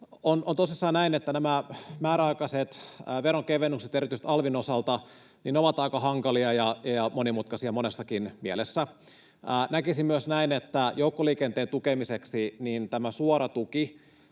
on tosissaan näin, että nämä määräaikaiset veronkevennykset, erityisesti alvin osalta, ovat aika hankalia ja monimutkaisia monessakin mielessä. Näkisin myös, että joukkoliikenteen tukemiseksi tämä suora tuki